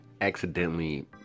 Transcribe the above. accidentally